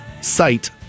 site